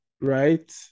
right